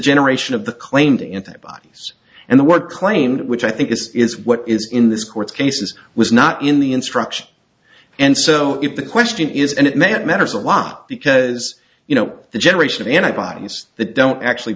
generation of the claimed antibiotics and the what claim which i think is what is in this court's cases was not in the instructions and so if the question is and it may have matters a lot because you know the generation of antibodies that don't actually